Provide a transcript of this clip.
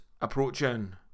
approaching